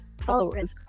followers